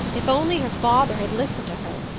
if only her father had listened to her!